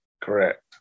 Correct